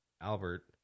Albert